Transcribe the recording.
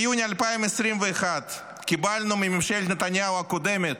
כאשר בחודש יוני 2021 קיבלנו מממשלת נתניהו הקודמת,